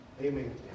Amen